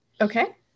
Okay